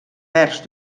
vers